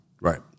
Right